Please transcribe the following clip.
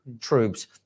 troops